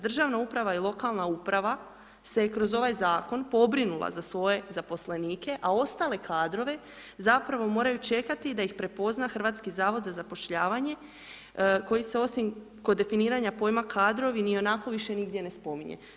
Državna uprava i lokalna uprava se kroz ovaj zakon pobrinula za svoje zaposlenike, a ostale kadrove zapravo moraju čekati da ih prepozna Hrvatski zavod za zapošljavanje koji se osim kod definiranja pojma kadrovi ni onako više nigdje ne spominje.